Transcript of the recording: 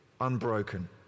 unbroken